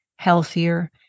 Healthier